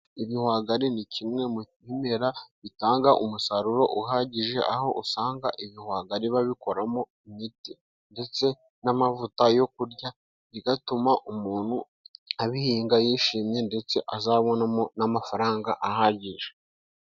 Ibihwagari ni kimwe mu bimera bitanga umusaruro uhagije aho usanga ibihwagari babikoramo imiti, ndetse n'amavuta yo kurya bigatuma umuntu abihinga yishimye ndetse azabonamo n'amafaranga ahagije.